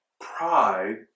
Pride